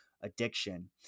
addiction